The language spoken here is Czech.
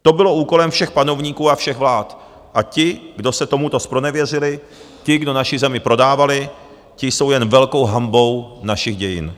To bylo úkolem všech panovníků a všech vlád a ti, kdo se tomuto zpronevěřili, ti, kdo naši zemi prodávali, ti jsou jen velkou hanbou našich dějin.